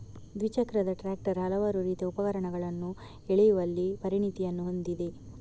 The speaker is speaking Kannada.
ದ್ವಿಚಕ್ರದ ಟ್ರಾಕ್ಟರ್ ಹಲವಾರು ರೀತಿಯ ಉಪಕರಣಗಳನ್ನು ಎಳೆಯುವಲ್ಲಿ ಪರಿಣತಿಯನ್ನು ಹೊಂದಿದೆ